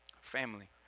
Family